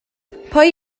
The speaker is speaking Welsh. pwy